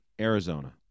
Arizona